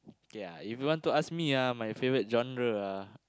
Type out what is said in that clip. K ah if you want to ask me ah my favourite genre ah